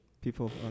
people